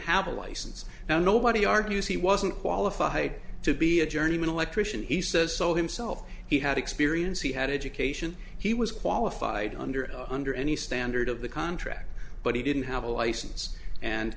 have a license now nobody argues he wasn't qualified to be a journeyman electrician he says so himself he had experience he had education he was qualified under under any standard of the contract but he didn't have a license and